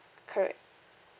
correct